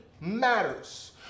matters